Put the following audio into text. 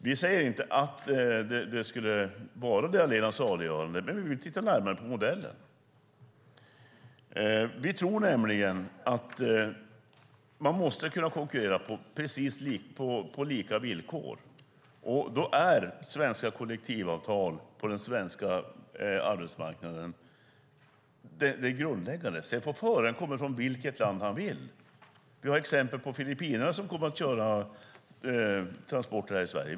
Vi säger inte att det skulle vara det allena saliggörande, men vi vill titta närmare på modellen. Vi tror nämligen att man måste kunna konkurrera på lika villkor. Då är svenska kollektivavtal på den svenska arbetsmarknaden det grundläggande. Sedan får föraren komma från vilket land han vill. Vi har exempelvis filippinare som kör transporter i Sverige.